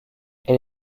elle